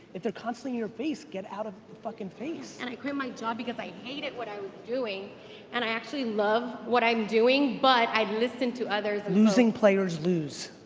if they're constantly in your face get out of fucking face. and i quit my job because i hated what i was doing and i actually love what i'm doing but i listened to others. losing players lose.